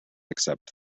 accept